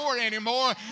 anymore